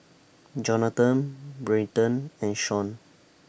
Johnathan Brenton and Shaun